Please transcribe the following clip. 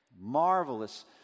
Marvelous